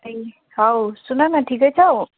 ए हौ सुन न ठिकै छौ